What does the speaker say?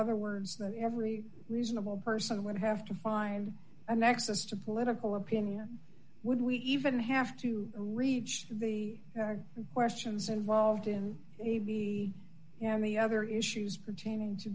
other words that every reasonable person would have to find a nexus to political opinion would we even have to reach the questions involved in maybe the other issues pertaining to